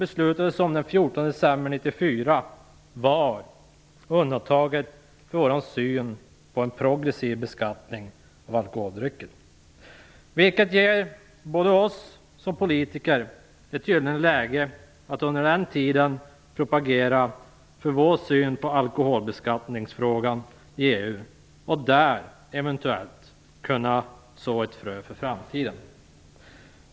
1994 var undantaget för vår syn på en progressiv beskattning av alkoholdrycker, vilket ger oss som politiker ett gyllene läge att under den tiden propagera i EU för vår syn på frågan om beskattning av alkohol och där eventuellt kunna så ett frö för framtiden.